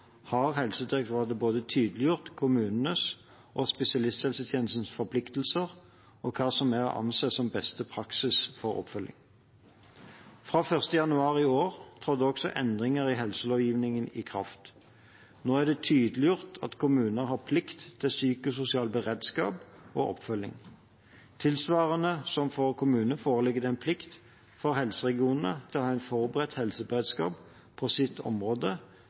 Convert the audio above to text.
har Helsedirektoratet både tydeliggjort kommunenes og spesialisthelsetjenestens forpliktelser og hva som er å anse som beste praksis for oppfølging. Fra 1. januar i år trådte også endringene i helselovgivningen i kraft. Nå er det tydeliggjort at kommuner har plikt til psykososial beredskap og oppfølging. Tilsvarende som for kommunene foreligger det en plikt for helseregionene til å ha en forberedt helseberedskap på sitt område